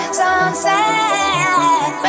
sunset